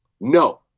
No